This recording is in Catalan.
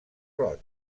roig